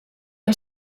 que